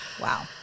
Wow